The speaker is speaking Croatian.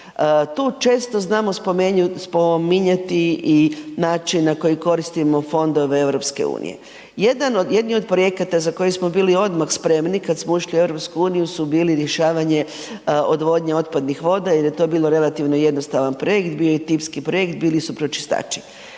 Tu često znamo spominjati i način na koji koristimo fondove Europske unije. Jedni od projekata za koje smo bili odmah spremni kada smo ušli u Europsku uniju su bili rješavanje odvodnje otpadnih voda jer je to bilo relativno jednostavan projekt, bio je tipski projekt, bili su pročistači.